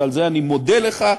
ועל זה אני מודה לך,